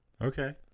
Okay